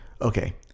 Okay